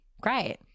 Great